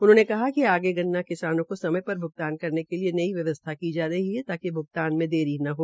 उन्होंने कहा कि आगे गन्ना किसानों को समय पर भ्गतान करने के लिये नई व्यवसथा की जा रही है ताकि भ्गतान में देरी न हो